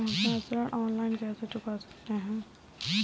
हम अपना ऋण ऑनलाइन कैसे चुका सकते हैं?